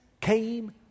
came